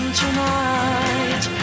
tonight